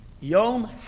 Yom